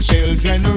Children